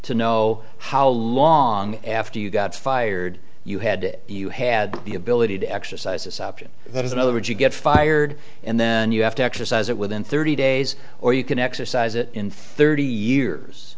to know how long after you got fired you had it you had the ability to exercise this option that is in other words you get fired and then you have to exercise it within thirty days or you can exercise it in thirty years